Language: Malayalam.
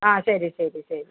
ആ ശരി ശരി ശരി